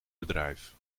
bedrijf